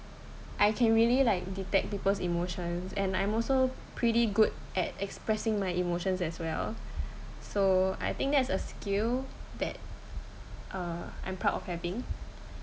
I can really like detect people's emotions and I'm also pretty good at expressing my emotions as well so I think that's a skill that uh I'm proud of having